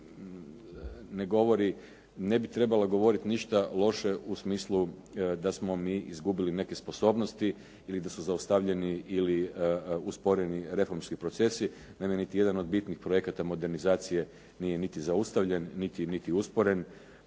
ne bi trebala govoriti ništa loše u smislu da smo mi izgubili neke sposobnosti ili da su zaustavljeni ili usporeni reformski procesi. Naime, niti jedan od bitnih projekata modernizacija nije niti zaustavljen, niti usporen.